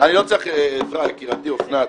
אני לא צריך עזרה, יקירתי אוסנת.